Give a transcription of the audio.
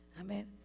Amen